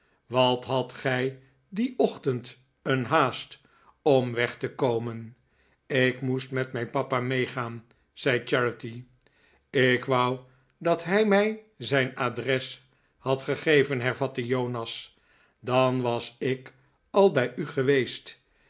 wat hadt gij dien ochtend een haast om weg te komen ik moest met mijn papa meegaan zei charity ik wou dat hij mij zijn adres had gegeven hervatte jonas dan was ik al bij u geweest